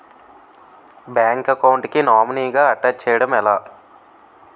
Bank account కి nominee గా attach చేయడం ఎలా?